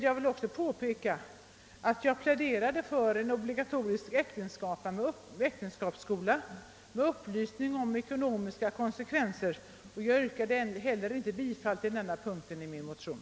Jag vill också påpeka att jag pläderade för en obligatorisk äktenskapsskola med upplysning om främst de ekonomiska konsekvenserna samt att jag inte yrkade bifall till denna punkt i min motion.